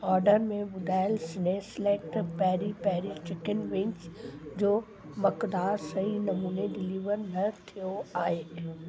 order में ॿुधायल Sneha select peri peri chicken wings जो मक़दार सही नमूने डिलीवर न थियो आहे